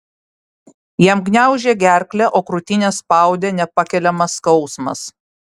jam gniaužė gerklę o krūtinę spaudė nepakeliamas skausmas